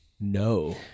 No